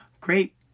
great